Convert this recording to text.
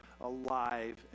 alive